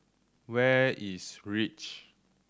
where is Reach